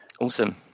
awesome